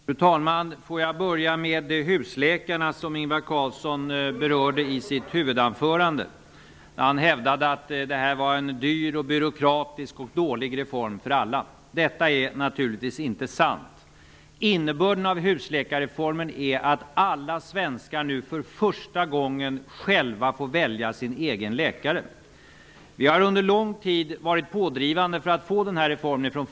Fru talman! Låt mig börja med husläkarna som Ingvar Carlsson berörde i sitt huvudanförande. Han hävdade att detta var en dyr, byråkratisk och dålig reform för alla. Detta är naturligtvis inte sant. Innebörden av husläkarreformen är att alla svenskar nu för första gången själva får välja sin egen läkare. Folkpartiet har under lång tid varit pådrivande för att få den här reformen.